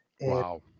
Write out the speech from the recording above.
Wow